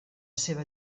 seva